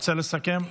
רוצה לסכם?